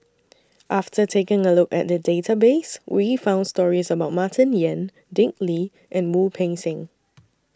after taking A Look At The Database We found stories about Martin Yan Dick Lee and Wu Peng Seng